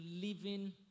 living